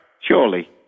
Surely